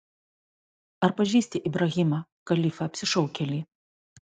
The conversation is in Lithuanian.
ar pažįsti ibrahimą kalifą apsišaukėlį